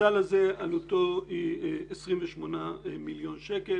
הסל הזה, עלותו היא 28 מיליון שקלים